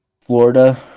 Florida